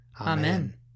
Amen